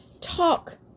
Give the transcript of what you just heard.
talk